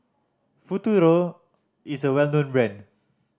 Futuro is a well known brand